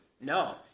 No